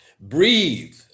Breathe